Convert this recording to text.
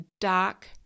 dark